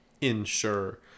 ensure